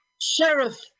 Sheriff